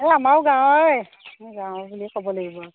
এই আমাৰো গাঁৱৰে গাঁৱৰ বুলিয়ে ক'ব লাগিব আৰু